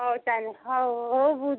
ହଉ ତାନେ ହଉ ହଉ ବୁଝୁଛି